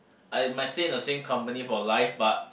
I might stay in the same company for life but